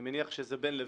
אני מניח שזה בין לבין,